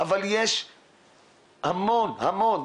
אבל יש המון המון,